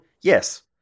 Yes